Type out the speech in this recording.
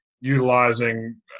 utilizing